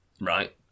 right